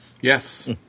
Yes